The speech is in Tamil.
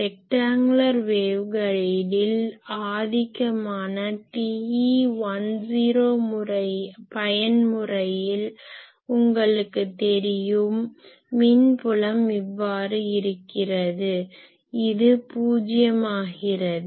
ரெக்டாங்குலர் வேவ் கைடில் ஆதிக்கமான TE10 பயன்முறையில் உங்களுக்கு தெரியும் மின் புலம் இவ்வாறு இருக்கிறது இது பூஜியமாகிறது